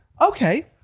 Okay